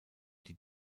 die